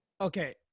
Okay